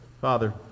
Father